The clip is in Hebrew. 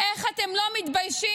איך אתם לא מתביישים,